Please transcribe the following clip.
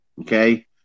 Okay